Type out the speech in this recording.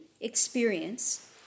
experience